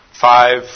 five